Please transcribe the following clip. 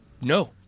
No